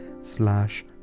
slash